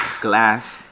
glass